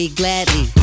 gladly